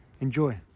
Enjoy